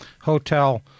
Hotel